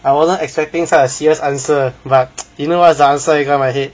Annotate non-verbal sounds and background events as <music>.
I wasn't expecting such a serious answer but <noise> you know what's the answer inside my head